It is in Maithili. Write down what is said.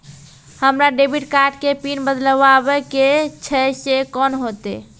हमरा डेबिट कार्ड के पिन बदलबावै के छैं से कौन होतै?